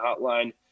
hotline